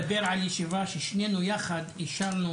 מדבר על ישיבה ששנינו יחד אישרנו